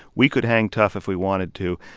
we could hang tough if we wanted to.